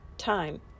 Time